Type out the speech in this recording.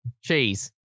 Cheese